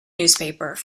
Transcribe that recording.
newspaper